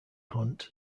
hunt